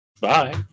Bye